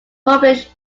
published